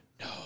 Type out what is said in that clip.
No